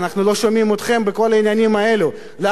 אנחנו לא שומעים אתכם בכל העניינים האלו, למה?